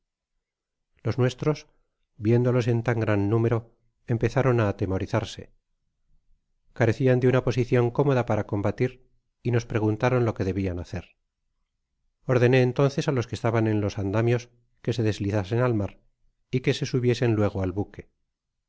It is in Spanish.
los nuestros viéndolos en tan gran número empezaron á atemorizarse carecian de una posicion cómoda para combatir y nos preguntaron lo que debiaa hacer ordené entonces á los que estaban en los andamios que se deslizasen al mar y que se subiesen luego al buque